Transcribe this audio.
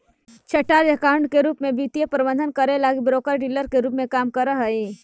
chartered accountant के रूप में वे वित्तीय प्रबंधन करे लगी ब्रोकर डीलर के रूप में काम करऽ हई